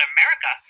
America